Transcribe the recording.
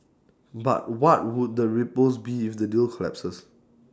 but what would the ripples be if the deal collapses